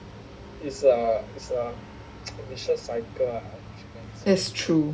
that's true